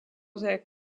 their